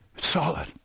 solid